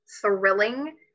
thrilling